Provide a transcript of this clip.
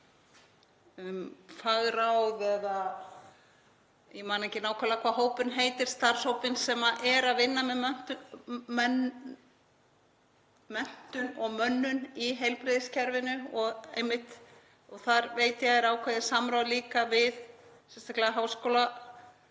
um fagráðið, ég man ekki nákvæmlega hvað hópurinn heitir, starfshópurinn sem er að vinna með menntun og mönnun í heilbrigðiskerfinu. Þar veit ég að er ákveðið samráð líka við sérstaklega